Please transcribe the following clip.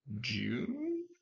June